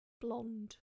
Blonde